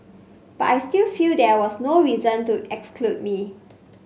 but I still feel there was no reason to exclude me